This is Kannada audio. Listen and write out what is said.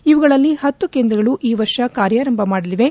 ಇವುಗಳಲ್ಲಿ ಹತ್ತು ಕೇಂದ್ರಗಳು ಈ ವರ್ಷ ಕಾರ್ಯಾರಂಭ ಮಾಡಲಿವೆ